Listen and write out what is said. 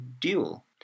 duel